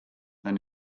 than